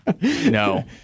No